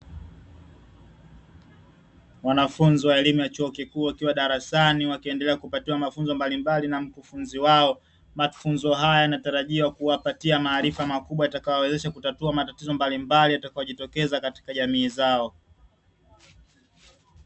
Wanafunzi wa elimu ya chuo kikuu wakiwa darasani, wakiendelea kupatiwa mafunzo mbalimbali na mkufunzi wao. Mafunzo haya yanatarajiwa kuwapatia maarifa kubwa yatakayo wawezesha kutatua matatizo mbalimbali yatakayo jitokeza katika jamii zao.